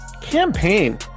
campaign